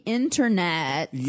internet